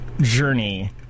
Journey